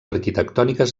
arquitectòniques